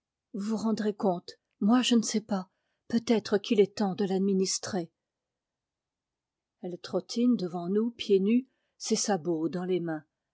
vous rendrez compte moi je ne sais pas peut-être qu'il est temps de l'administrer elle trottine devant nous pieds nus ses sabots dans les mains